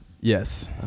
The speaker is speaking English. Yes